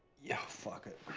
yeah fuck it.